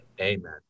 Amen